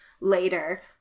later